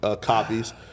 copies